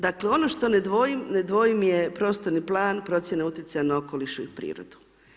Dakle, ono što ne dvojim, ne dvojim je prostorni plan, procjena utjecaja na okolišu i prirodu.